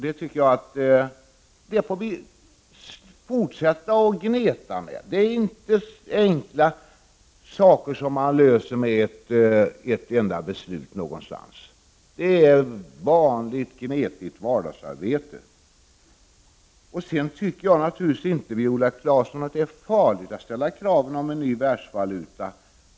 Det är bara att fortsätta att gneta. Det är inte några enkla saker som man löser med ett enda beslut någonstans. Det är vanligt gnetigt vardagsarbete. Sedan tycker jag naturligtvis inte, Viola Claesson, att det är farligt att ställa krav på en annan världsvaluta.